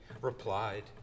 replied